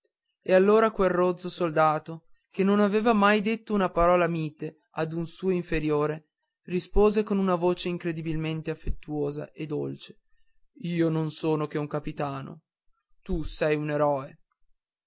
e allora quel rozzo soldato che non aveva mai detto una parola mite ad un suo inferiore rispose con una voce indicibilmente affettuosa e dolce io non sono che un capitano tu sei un eroe